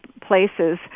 places